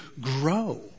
grow